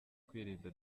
kwirinda